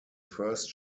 first